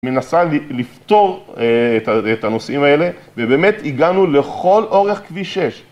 מנסה לפתור את הנושאים האלה, ובאמת הגענו לכל אורך כביש 6.